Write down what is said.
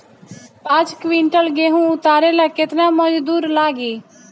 पांच किविंटल गेहूं उतारे ला केतना मजदूर लागी?